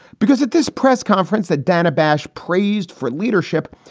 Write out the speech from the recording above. because at this press conference that dana bash praised for leadership,